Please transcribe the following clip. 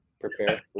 prepare